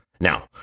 Now